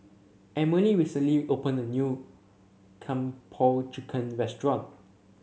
Emilee recently opened a new Kung Po Chicken restaurant